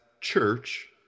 church